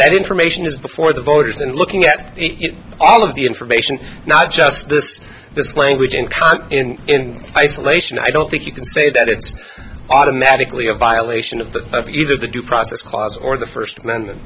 that information is before the voters and looking at all of the information not just this this language encountered in isolation i don't think you can say that it's automatically a violation of the of either the due process clause or the first amendment